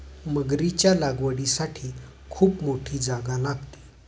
मगरीच्या लागवडीसाठी खूप मोठी जागा लागते